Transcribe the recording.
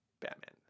Batman